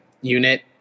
unit